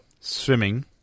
Swimming